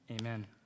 Amen